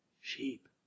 sheep